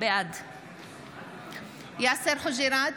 בעד יאסר חוג'יראת,